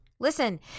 Listen